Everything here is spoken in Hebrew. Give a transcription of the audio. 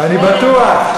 ואני בטוח,